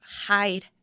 hide